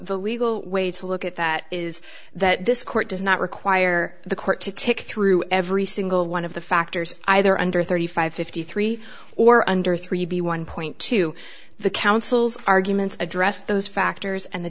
the legal way to look at that is that this court does not require the court to tick through every single one of the factors either under thirty five fifty three or under three b one point two the counsel's arguments addressed those factors and the